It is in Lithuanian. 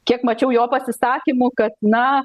kiek mačiau jo pasisakymų kad na